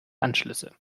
anschlüsse